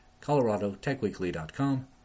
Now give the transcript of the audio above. coloradotechweekly.com